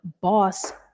boss